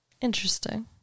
Interesting